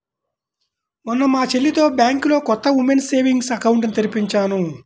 మొన్న మా చెల్లితో బ్యాంకులో కొత్త ఉమెన్స్ సేవింగ్స్ అకౌంట్ ని తెరిపించాను